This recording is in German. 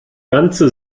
ganze